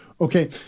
okay